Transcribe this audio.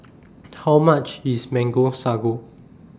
How much IS Mango Sago